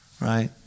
right